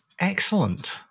excellent